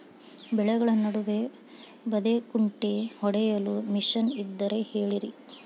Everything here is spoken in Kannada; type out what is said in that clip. ಬೆಳೆಗಳ ನಡುವೆ ಬದೆಕುಂಟೆ ಹೊಡೆಯಲು ಮಿಷನ್ ಇದ್ದರೆ ಹೇಳಿರಿ